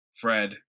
Fred